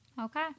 Okay